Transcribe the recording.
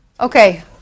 Okay